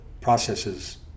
processes